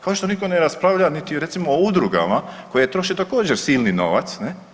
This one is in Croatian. Kao što nitko ne raspravlja niti recimo o udrugama koje troše također silni novac.